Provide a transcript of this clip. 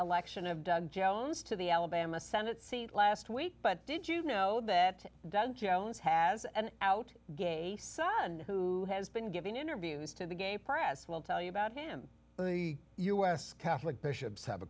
election of doug jones to the alabama senate seat last d week but did you know that doesn't jones has an out gay son who has been giving interviews to the gay press will tell you about him in the u s catholic bishops have a